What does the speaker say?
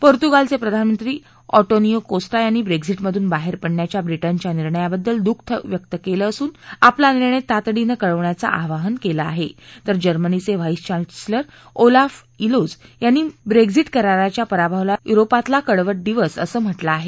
पोर्तुगालचे प्रधानमंत्री Antonio Costa यांनी ब्रेक्झीटमधून बाहेर पडण्याच्या ब्रिटनच्या निर्णयावद्दल दुःख व्यक्त केलं असून आपला निर्णय तातडीनं कळवण्याचं आवाहन केल आहे तर जर्मनीचे व्हाईस चान्सलर ओलाफ इलोझ यांनी मरे यांच्या ब्रेक्झीट कराराच्या पराभवाला युरोपातली कडवट दिवस असं म्हटलं आहे